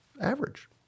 average